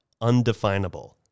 undefinable